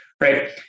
right